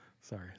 Sorry